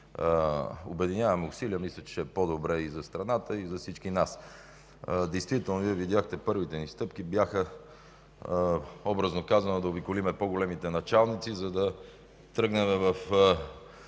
обединяваме усилията, мисля, че ще е по-добре и за страната, и за всички нас. Действително Вие видяхте – първите ни стъпки бяха, образно казано, да обиколим по-големите началници, за да тръгнем в